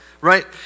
Right